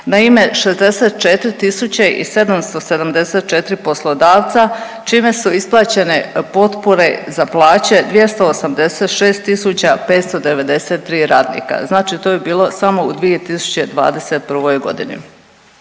na ime, 64 774 poslodavca, čime su isplaćene potpore za plaće 286 593 radnika, znači to je bilo samo u 2021. g.